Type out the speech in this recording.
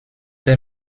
est